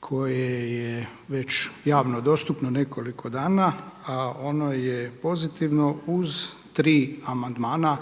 koje je već javno dostupno nekoliko dana, a ono je pozitivno uz tri amandmana